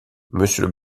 monsieur